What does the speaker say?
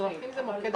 אזרחים זה מוקד אחר.